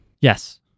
Yes